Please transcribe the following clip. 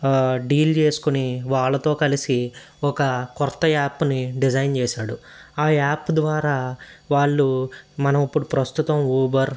deal వాళ్లతో కలిసి ఒక క్రొత్త యాప్ని డిజైన్ చేశాడు ఆ యాప్ ద్వారా వాళ్ళు మనం ఇప్పుడు ప్రస్తుతం ఊబర్